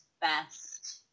best